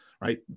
right